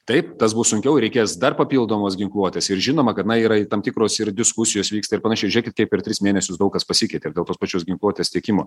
taip tas bus sunkiau reikės dar papildomos ginkluotės ir žinoma kad na yra ir tam tikros ir diskusijos vyksta ir panašiai žiūkit kaip per tris mėnesius daug kas pasikeitė ir dėl tos pačios ginkluotės tiekimo